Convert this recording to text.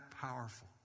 powerful